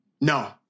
No